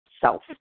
self